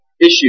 issue